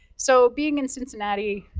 so being in cincinnati,